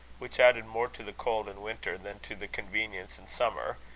which added more to the cold in winter than to the convenience in summer,